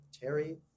Terry